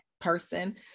person